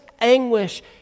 anguish